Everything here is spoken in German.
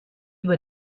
über